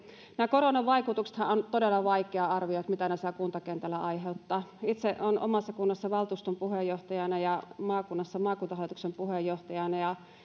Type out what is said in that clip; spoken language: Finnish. koronan vaikutuksistahan on todella vaikea arvioida mitä ne kuntakentällä aiheuttavat itse olen omassa kunnassani valtuuston puheenjohtajana ja maakunnassa maakuntahallituksen puheenjohtajana ja